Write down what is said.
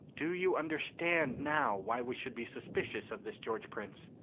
do you understand now why we should be suspicious of this george prince?